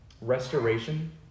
restoration